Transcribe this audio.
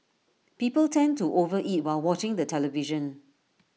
people tend to over eat while watching the television